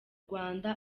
rwanda